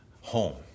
home